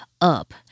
up